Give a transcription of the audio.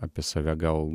apie save gal